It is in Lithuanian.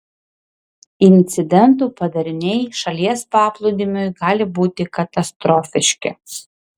incidentų padariniai šalies paplūdimiui gali būti katastrofiški